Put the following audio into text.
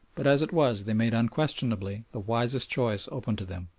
but as it was they made unquestionably the wisest choice open to them.